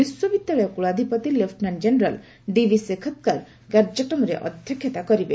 ବିଶ୍ୱବିଦ୍ୟାଳୟ କୁଳାଧିପତି lieutenant general ଡିବିଶେଖତ୍କାର୍ କାର୍ଯ୍ୟକ୍ରମରେ ଅଧ୍ୟକ୍ଷତା କରିବେ